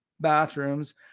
bathrooms